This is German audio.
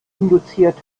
induziert